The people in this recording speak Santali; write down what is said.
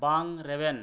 ᱵᱟᱝ ᱨᱮᱵᱮᱱ